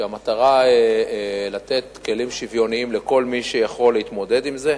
כשהמטרה היא לתת כללים שוויוניים לכל מי שיכול להתמודד בזה.